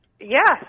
Yes